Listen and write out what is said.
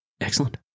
Excellent